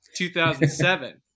2007